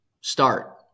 start